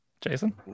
Jason